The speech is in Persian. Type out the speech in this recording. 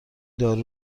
دارو